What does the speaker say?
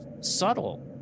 subtle